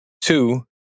Two